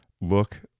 look